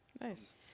Nice